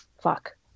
fuck